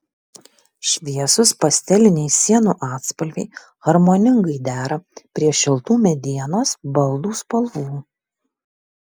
šviesūs pasteliniai sienų atspalviai harmoningai dera prie šiltų medienos baldų spalvų